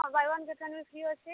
ହଁ buy one get one ବି free ଅଛେ